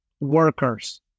workers